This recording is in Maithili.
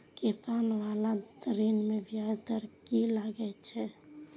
किसान बाला ऋण में ब्याज दर कि लागै छै?